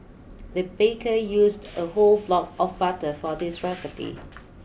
the baker used a whole block of butter for this recipe